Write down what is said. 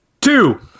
Two